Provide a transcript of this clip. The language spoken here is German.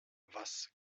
was